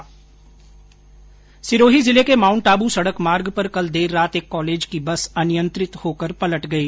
सिरोही जिले के माउंट आबू सड़क मार्ग पर कल देर रात एक कॉलेज की बस अनियंत्रित होकर पलट गई